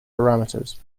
parameters